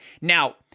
Now